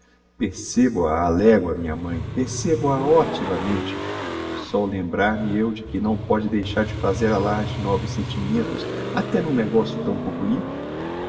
percebo a á legua minha mãe percebo a optimamente só o lembrar-me eu de que não pode deixar de fazer alarde de nobres sentimentos até n'um negocio tão pouco limpo